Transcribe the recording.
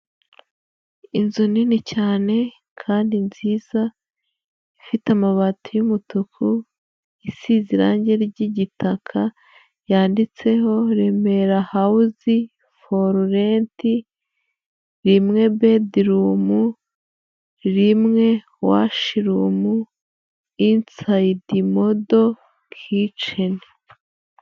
Inzu nini cyane kandi nziza ifite amabati y'umutuku, isize irangi ry'igitaka, yanditseho Remera hawuzi, foru renti rimwe bedi rumu, rimwe washirumu, insayidi modo kiceni.